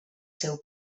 seu